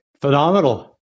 Phenomenal